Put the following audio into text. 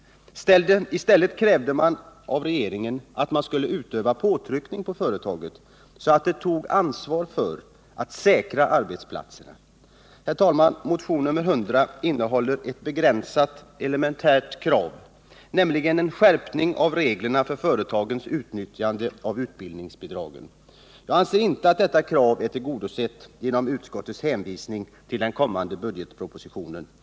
I stället krävde de av regeringen att den skulle öva påtryckning på företaget så att det tog ansvar för att säkra arbetsplatserna. Herr talman! Motion nr 100 innehåller ett begränsat, elementärt krav, nämligen en skärpning av reglerna för företagens utnyttjande av utbildningsbidragen. Jag anser inte att detta krav är tillgodosett genom utskottets hänvisning till kommande budgetproposition.